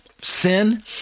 sin